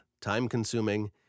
time-consuming